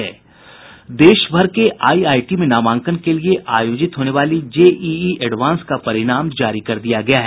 देश भर के आईआईटी में नामांकन के लिए आयोजित होने वाली जेईई एडवांस का परिणाम जारी कर दिया गया है